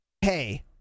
hey